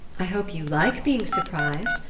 i hope you like being surprised.